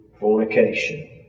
fornication